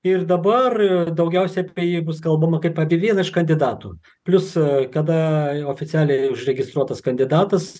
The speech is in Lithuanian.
ir dabar daugiausia apie jį bus kalbama kaip apie vieną iš kandidatų plius kada oficialiai užregistruotas kandidatas